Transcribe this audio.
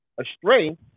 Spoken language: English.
astray